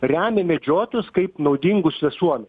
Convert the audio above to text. remia medžiotojus kaip naudingus visuomenei